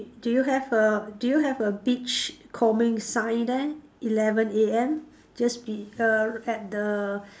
do you have a do you have a beach combing sign there eleven A_M just be~ err at the